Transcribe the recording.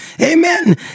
amen